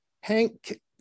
Hank